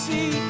See